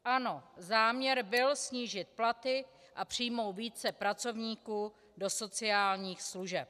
Ano, záměr byl snížit platy a přijmout více pracovníků do sociálních služeb.